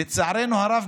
לצערנו הרב,